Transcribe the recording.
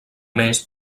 més